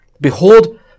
Behold